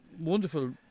wonderful